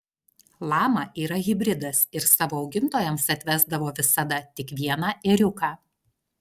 lama yra hibridas ir savo augintojams atvesdavo visada tik vieną ėriuką